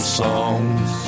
songs